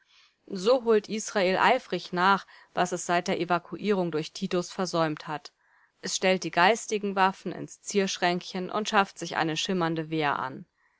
so holt israel eifrig nach was es seit der evakuierung durch titus versäumt hat es stellt die geistigen waffen ins zierschränkchen und schafft sich eine schimmernde wehr an